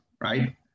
right